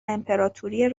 امپراتوری